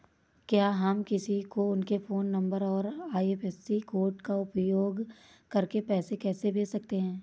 क्या हम किसी को उनके फोन नंबर और आई.एफ.एस.सी कोड का उपयोग करके पैसे कैसे भेज सकते हैं?